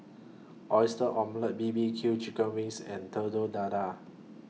Oyster Omelette B B Q Chicken Wings and Telur Dadah